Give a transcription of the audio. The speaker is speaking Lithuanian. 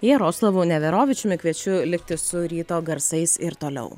jaroslavu neverovičiumi kviečiu likti su ryto garsais ir toliau